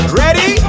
ready